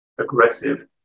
aggressive